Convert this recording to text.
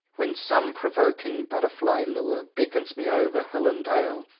when some provoking butterfly-lure beckons me over hill and dale,